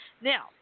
Now